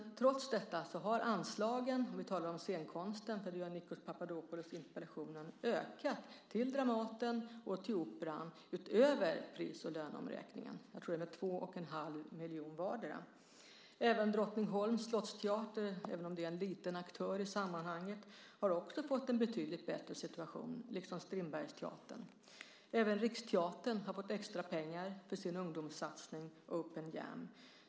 Trots detta har anslagen - nu talar jag om scenkonsten eftersom Nikos Papadopoulos gör det i interpellationen - ökat till Dramaten och till Operan utöver pris och löneomräkningen. Jag tror att det var 2 1⁄2 miljoner vardera. Även Drottningholms slottsteater - även om det är en liten aktör i sammanhanget - har också fått en betydligt bättre situation, liksom Strindbergsteatern. Även Riksteatern har fått extra pengar för sin ungdomssatsning Open Jam.